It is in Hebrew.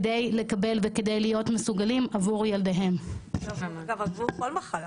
כדי לקבל וכדי להיות מסוגלים עבור ילדיהם עבור כל מחלה,